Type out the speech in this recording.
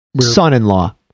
Son-in-law